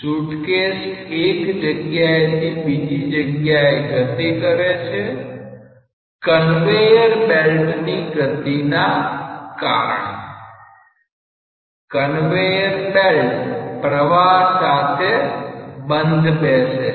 suitcase એક જગ્યાએથી બીજી જગ્યાએ ગતિ કરે છે કન્વેયર બેલ્ટ ની ગતિના કારણે કન્વેયર બેલ્ટ પ્રવાહ સાથે બંધ બેસે છે